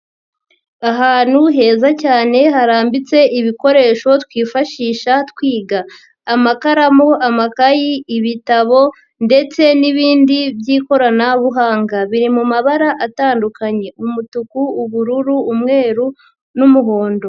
Ahantu heza cyane harambitse ibikoresho twifashisha twiga: amakaramu, amakayi, ibitabo ndetse n'ibindi by'ikoranabuhanga, biri mu mabara atandukanye: umutuku, ubururu, umweru n'umuhondo.